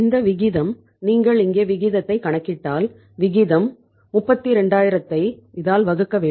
இந்த விகிதம் நீங்கள் இங்கே விகிதத்தை கணக்கிட்டால் விகிதம் 32000த்தை இதால் வகுக்க வேண்டும்